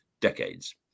decades